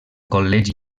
col·legi